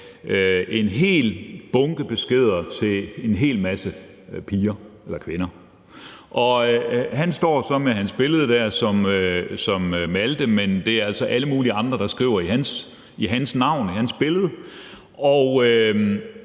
en hel bunke beskeder til en hel masse piger eller kvinder, og han står så med sit billede der som Malte, men det er altså alle mulige andre, der skriver i hans navn og med hans billede